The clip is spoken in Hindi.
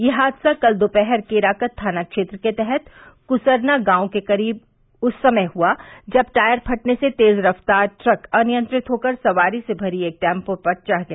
यह हादसा कल दोपहर केराकत थाना क्षेत्र के तहत कुसरना गांव के करीब उस समय हुआ जब टायर फटने से तेज रफ़तार ट्रक अनियंत्रित होकर सवारी से भरी एक टैम्पो पर चढ़ गया